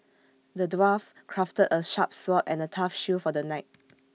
the dwarf crafted A sharp sword and A tough shield for the knight